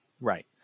Right